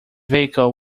vehicle